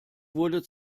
wurde